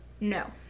No